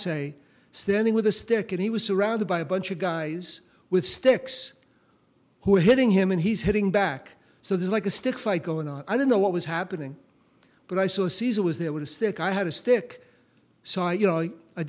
say standing with a stick and he was surrounded by a bunch of guys with sticks who were hitting him and he's hitting back so there's like a stick fight going on i don't know what was happening but i saw caesar was there with a stick i had a stick so i you know i